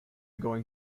going